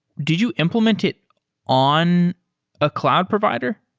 did you implement it on a cloud provider?